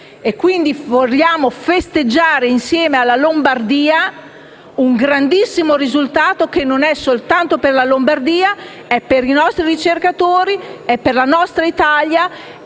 problema. Vogliamo festeggiare insieme alla Lombardia un grandissimo risultato che, non soltanto per la Lombardia, ma per i nostri ricercatori, per la nostra Italia,